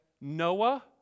Noah